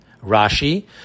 Rashi